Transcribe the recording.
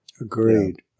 Agreed